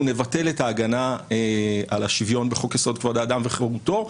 נבטל את ההגנה על השוויון בחוק יסוד: כבוד האדם וחירותו.